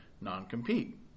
non-compete